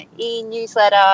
e-newsletter